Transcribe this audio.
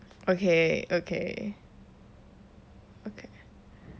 okay okay okay